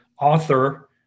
author